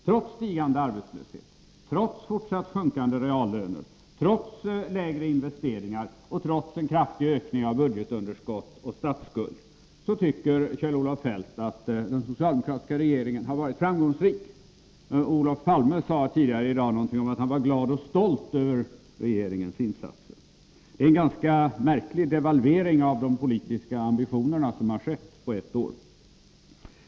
Trots stigande arbetslöshet, trots fortsatt sjunkande reallöner, trots lägre investeringar och trots en kraftig ökning av budgetunderskott och statsskuld tycker Kjell-Olof Feldt att den socialdemokratiska regeringen har varit framgångsrik. Olof Palme sade tidigare i dag någonting om att han var glad och stolt över regeringens insatser. Det är en ganska märklig devalvering av de politiska ambitionerna som skett på ett år.